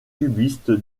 cubiste